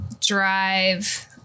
drive